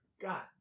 God